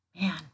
man